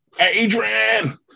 Adrian